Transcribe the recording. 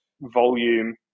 volume